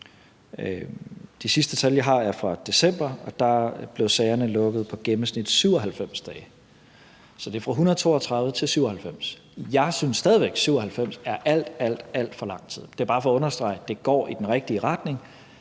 De seneste tal, jeg har, er fra december, og der blev sagerne i gennemsnit lukket på 97 dage. Så det er gået fra 132 til 97 dage. Jeg synes stadig væk, at 97 dage er alt, alt for lang tid. Det er bare for at understrege, at det går i den rigtige retning,